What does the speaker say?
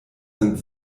sind